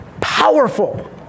powerful